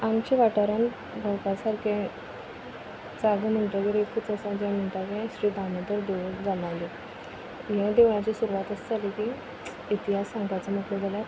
आमच्या वाठारान भोंवपा सारके जागो म्हणटगीर एकूच आसा जो म्हणटगीर श्री दामोदर देवूळ जांबावली आनी हे देवळाची सुरवात अशी जाली की इतिहास सांगपाचो म्हटलें जाल्यार